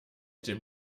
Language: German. den